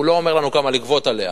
הוא לא אומר לנו כמה לגבות עליה,